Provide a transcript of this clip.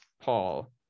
Paul